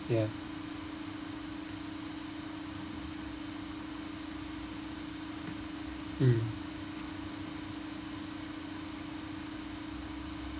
ya mm